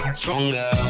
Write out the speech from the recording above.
stronger